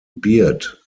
byrd